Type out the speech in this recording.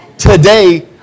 Today